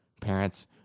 parents